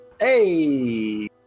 Hey